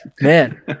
Man